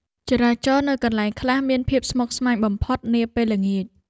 ចរាចរណ៍នៅកន្លែងខ្លះមានភាពស្មុគស្មាញបំផុតនាពេលល្ងាច។